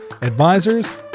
advisors